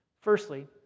Firstly